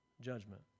judgment